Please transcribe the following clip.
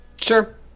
Sure